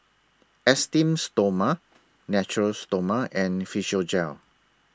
Esteem Stoma Natura Stoma and Physiogel